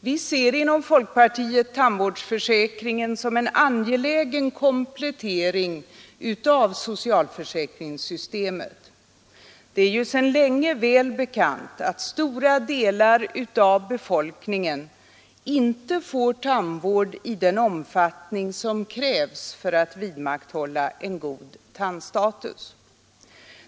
Vi ser inom folkpartiet tandvårdsförsäkringen som en angelägen komplettering av socialförsäkringssystemet. Det är ju sedan länge väl bekant att stora delar av befolkningen inte får tandvård i den omfattning som krävs för att vidmakthålla en god tandstatus.